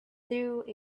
through